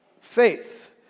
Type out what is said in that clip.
Faith